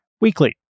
weekly